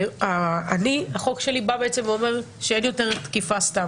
החוק שלי בא ואומר שאין יותר תקיפת סתם.